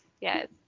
Yes